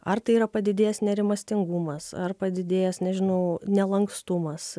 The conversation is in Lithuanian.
ar tai yra padidėjęs nerimastingumas ar padidėjęs nežinau nelankstumas